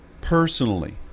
personally